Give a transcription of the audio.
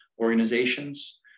organizations